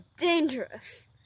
dangerous